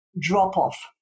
drop-off